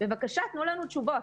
בבקשה תנו לנו תשובות.